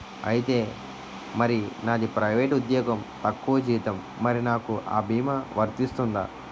ఐతే మరి నాది ప్రైవేట్ ఉద్యోగం తక్కువ జీతం మరి నాకు అ భీమా వర్తిస్తుందా?